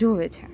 જુએ છે